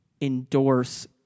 endorse